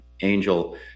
angel